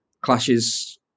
clashes